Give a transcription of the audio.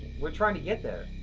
we're trying to get there.